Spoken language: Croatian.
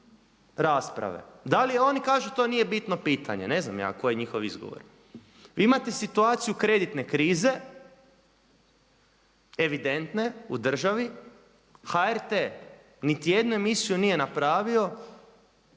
rasprave. Da li oni kažu to nije bitno pitanje, ne znam ja koji je njihov izgovor. Vi imate situaciju kreditne krize, evidentne u državi, HRT niti jednu emisiju nije napravio